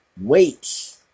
Wait